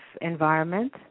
environment